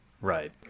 right